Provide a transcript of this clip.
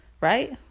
right